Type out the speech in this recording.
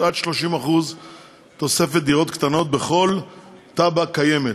עד 30% תוספת דירות קטנות בכל תב"ע קיימת,